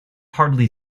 hardly